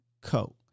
Coat